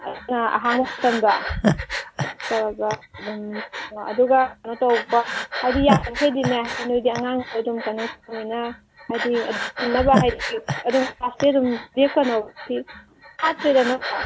ꯑꯗꯨꯅ ꯑꯍꯥꯡꯕ ꯃꯇꯝꯗ ꯇꯧꯔꯒ ꯑꯗꯨꯝ ꯑꯗꯨꯒ ꯀꯩꯅꯣ ꯇꯧꯕ ꯍꯥꯏꯗꯤ ꯌꯥꯔꯤ ꯃꯈꯩꯗꯤꯅꯦ ꯅꯣꯏꯗꯤ ꯍꯥꯏꯗꯤ ꯍꯥꯏꯗꯤ ꯑꯗꯨꯝ ꯀ꯭ꯂꯥꯁꯇꯤ ꯑꯗꯨꯝ ꯂꯦꯞꯀꯅꯣ ꯅꯠꯇ꯭ꯔꯥ